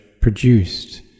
produced